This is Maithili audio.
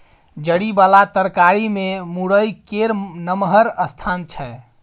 जरि बला तरकारी मे मूरइ केर नमहर स्थान छै